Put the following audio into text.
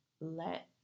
let